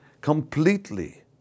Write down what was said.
completely